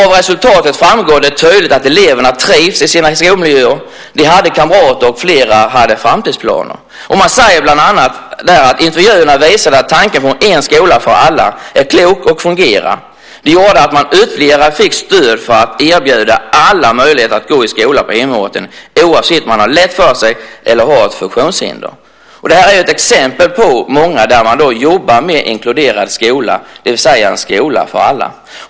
Av resultatet framgår tydligt att eleverna trivs i sina skolmiljöer. De har kamrater, och flera har framtidsplaner. Man säger bland annat att intervjuerna visar att tanken på en skola för alla är klok och fungerar. Det gör att man har fått ytterligare stöd för att erbjuda alla möjligheten att gå i skola på hemorten oavsett om de har lätt för sig eller har ett funktionshinder. Det här är ett exempel av många på att man jobbar med inkluderad skola, det vill säga en skola för alla.